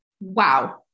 Wow